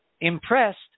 Impressed